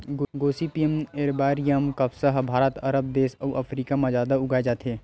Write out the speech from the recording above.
Gossypium arboreum कपसा ह भारत, अरब देस अउ अफ्रीका म जादा उगाए जाथे